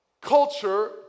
culture